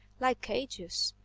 like cages.